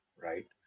right